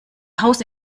haus